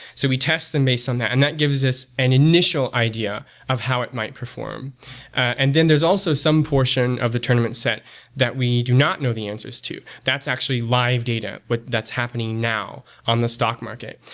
so we test them based on that, and that gives us an initial idea of how it might perform and then, there's also some portion of the tournament set that we do not know the answers to. that's actually live data, but that's happening on the stock market.